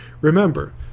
Remember